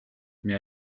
mais